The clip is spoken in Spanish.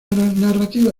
narrativa